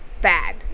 bad